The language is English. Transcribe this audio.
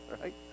right